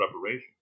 preparation